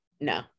no